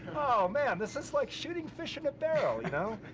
oh, man, this is like shooting fish in a barrel, you know.